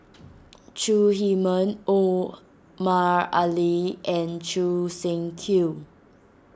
Chong Heman Omar Ali and Choo Seng Quee